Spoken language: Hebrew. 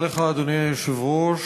אדוני היושב-ראש,